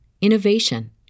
innovation